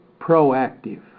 proactive